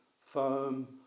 foam